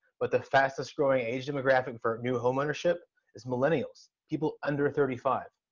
but the fastest growing age demographic for new home ownership is millennials people under thirty five!